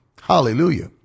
Hallelujah